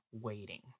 waiting